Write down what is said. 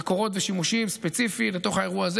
מקורות ושימושים ספציפיים לתוך האירוע הזה